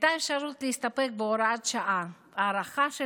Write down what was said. הייתה אפשרות להסתפק בהוראת שעה הארכה של